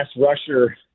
rusher